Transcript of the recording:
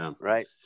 right